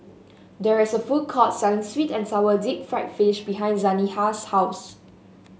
there is a food court selling sweet and sour Deep Fried Fish behind Zaniyah's house